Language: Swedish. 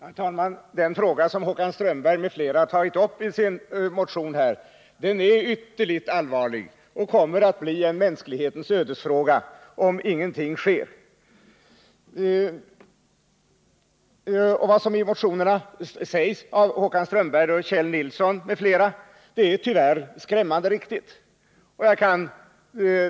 Herr talman! Den fråga som Håkan Strömberg m.fl. har tagit upp i sina motioner är ytterligt allvarlig och kommer att bli en mänsklighetens ödesfråga om ingenting sker. Vad som i motionerna sägs av Håkan Strömberg, Kjell Nilsson m.fl. är tyvärr skrämmande riktigt.